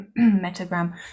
metagram